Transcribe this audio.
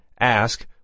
Ask